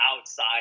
outside